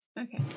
Okay